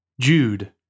Jude